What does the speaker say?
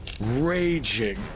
raging